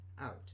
out